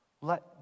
Let